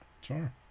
Sure